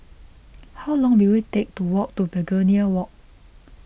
how long will it take to walk to Begonia Walk